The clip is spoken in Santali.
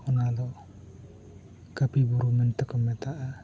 ᱚᱱᱟᱫᱚ ᱠᱟᱹᱯᱤ ᱵᱩᱨᱩ ᱢᱮᱱᱛᱮ ᱠᱚ ᱢᱮᱛᱟᱜᱼᱟ